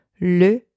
Le